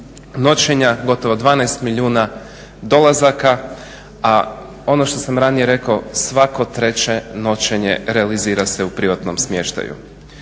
noćenja, gotovo 12 milijuna dolazaka, a ono što sam ranije rekao svako treće noćenje realizira se u privatnom smještaju.